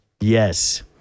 Yes